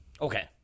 okay